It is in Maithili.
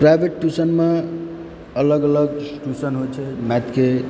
प्राइवेट ट्यूशनमऽ अलग अलग ट्यूशन होय छै मैथके